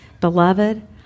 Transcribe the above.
Beloved